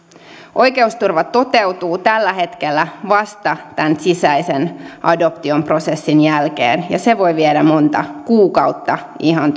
oikeusturva toteutuu tällä hetkellä vasta tämän sisäisen adoption prosessin jälkeen ja se voi viedä monta kuukautta ihan